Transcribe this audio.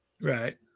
right